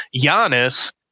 Giannis